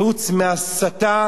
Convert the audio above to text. חוץ מהסתה